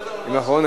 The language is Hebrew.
נכון.